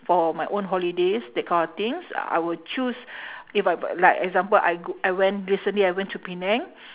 for my own holidays that kind of things I will choose if I v~ like example I go I went recently I went to penang